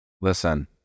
listen